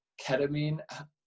ketamine